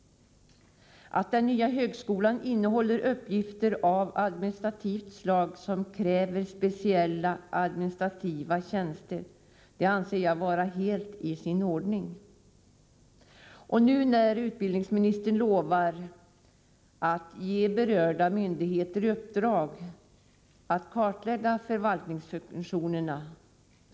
Att den nya högskolan innehåller uppgifter av administrativt slag, som kräver speciella, administrativa tjänster, anser jag vara helt i sin ordning. Det är bra att utbildningsministern lovar att ge berörda myndigheter i uppdrag att kartlägga förvaltningsfunktionerna.